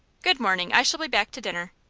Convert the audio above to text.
good-morning! i shall be back to dinner.